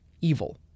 evil